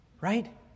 right